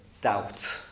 doubt